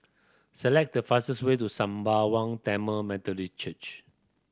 select the fastest way to Sembawang Tamil Methodist Church